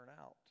out